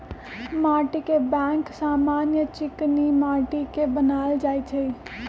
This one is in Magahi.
माटीके बैंक समान्य चीकनि माटि के बनायल जाइ छइ